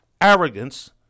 arrogance